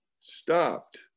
stopped